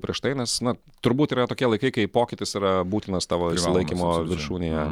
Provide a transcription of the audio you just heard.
prieš tai nes na turbūt yra tokie laikai kai pokytis yra būtinas tavo išsilaikymo viršūnėje